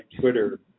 Twitter